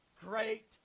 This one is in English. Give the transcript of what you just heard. great